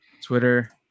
Twitter